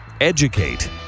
Educate